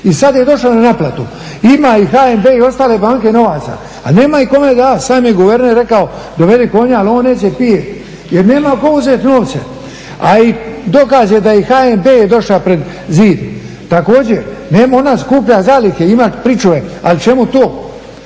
I sada je došla na naplatu. Ima i HNB i ostale banke novaca, ali nemaju kome davati. Sam je guverner rekao dovedi konja, ali on neće … jer nema tko uzeti novce. A i dokaz je da je i HNB došao pred zid također. Nema ona skuplja zalihe, ima pričuve ali čemu to